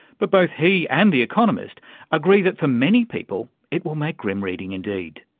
but both he and the economist agree that for many people it will make grim reading indeed.